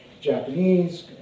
Japanese